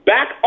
Back